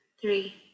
three